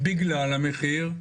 יש אפילו מי שמבקרים את הממשלה,